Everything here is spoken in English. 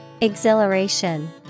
Exhilaration